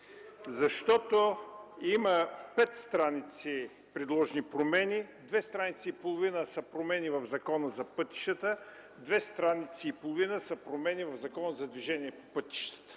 закона. Има пет страници предложени промени – две страници и половина са промени в Закона за пътищата, две страници и половина са промени в Закона за движение по пътищата.